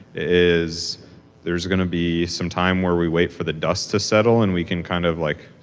is there's going to be some time where we wait for the dust to settle and we can kind of like,